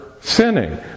sinning